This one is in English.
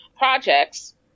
Projects